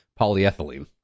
polyethylene